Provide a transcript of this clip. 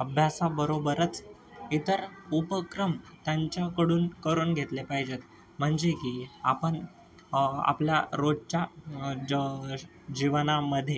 अभ्यासाबरोबरच इतर उपक्रम त्यांच्याकडून करून घेतले पाहिजेत म्हणजे की आपण आपल्या रोजच्या ज् श् जीवनामध्ये